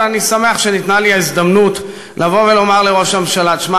אבל אני שמח שנתנה לי ההזדמנות לומר לראש הממשלה: תשמע,